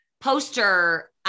poster